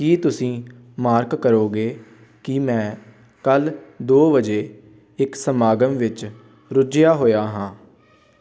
ਕੀ ਤੁਸੀਂ ਮਾਰਕ ਕਰੋਗੇ ਕਿ ਮੈਂ ਕੱਲ੍ਹ ਦੋ ਵਜੇ ਇੱਕ ਸਮਾਗਮ ਵਿੱਚ ਰੁੱਝਿਆ ਹੋਇਆ ਹਾਂ